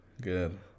Good